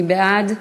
מי בעד?